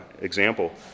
example